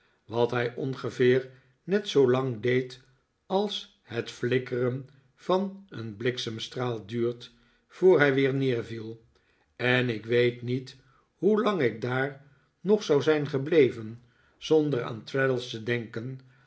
wat hij ongeveer net zoolang deed als het flikkeren van een bliksemstraal duurt voor hij weer neerviel en ik weet niet hoelang ik daar nog zou zijn gebleven zonder aan traddles te denken